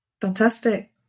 Fantastic